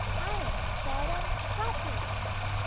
i am fed on proper meat